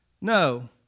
No